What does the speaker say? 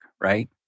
right